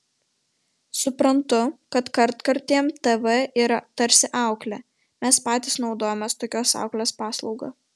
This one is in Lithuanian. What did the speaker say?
suprantu kad kartkartėm tv yra tarsi auklė mes patys naudojamės tokios auklės paslauga